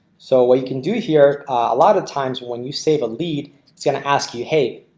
so what you can do here a lot of times when you save a lead going to ask you. hey,